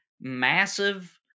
massive